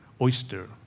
oyster